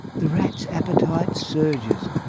the rat's appetite surges,